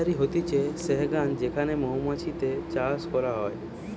apiary হতিছে সেহগা যেখানে মৌমাতছি চাষ করা হয়